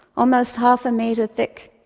almost half a metre thick.